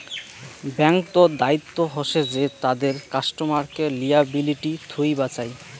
ব্যাঙ্ক্ত দায়িত্ব হসে যে তাদের কাস্টমারকে লিয়াবিলিটি থুই বাঁচায়